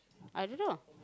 I don't know